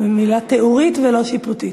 זאת מילה תיאורית, ולא שיפוטית.